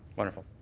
wonderful.